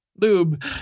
lube